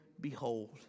behold